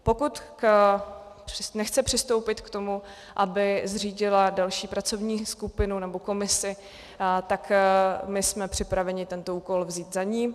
Pokud nechce přistoupit k tomu, aby zřídila další pracovní skupinu nebo komisi, tak my jsme připraveni tento úkol vzít za ni.